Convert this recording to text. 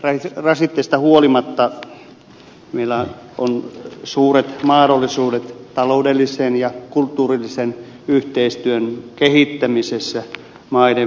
historiallisista rasitteista huolimatta meillä on suuret mahdollisuudet taloudellisen ja kulttuurillisen yhteistyön kehittämisessä maiden välillä